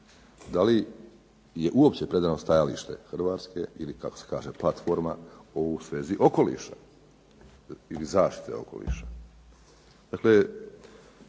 Da li je uopće predano stajalište Hrvatske ili kako se kaže platforma u svezi okoliša ili zaštite okoliša?